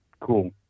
cool